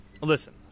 listen